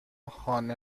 خانه